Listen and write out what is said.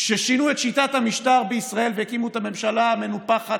כששינו את שיטת המשטר בישראל והקימו את הממשלה המנופחת,